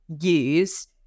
use